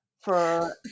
for-